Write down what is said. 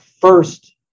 First